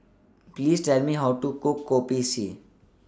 Please Tell Me How to Cook Kopi C